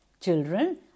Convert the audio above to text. Children